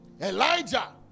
Elijah